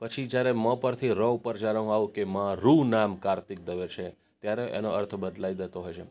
પછી ત્યારે મ પરથી ર ઉપર હું જયારે આવું કે મારું નામ કાર્તિક દવે છે ત્યારે એનો અર્થ બદલાઈ જતો હોય છે